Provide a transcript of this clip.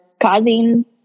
causing